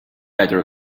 better